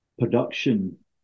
production